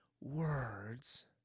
words